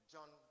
John